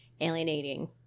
alienating